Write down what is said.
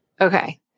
Okay